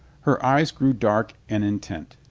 her eyes grew dark and intent.